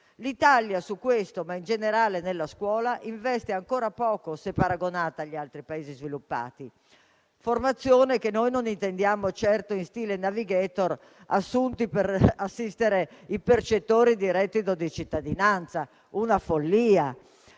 L'Italia su questo, ma in generale nella scuola investe ancora poco se paragonata agli altri Paesi sviluppati. Non intendiamo certo la formazione in stile *navigator* assunti per assistere i percettori di reddito di cittadinanza, una follia: